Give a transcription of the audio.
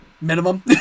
Minimum